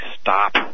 stop